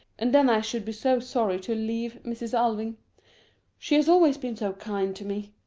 and then i should be so sorry to leave mrs. alving she has always been so kind to me.